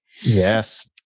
Yes